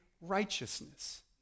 righteousness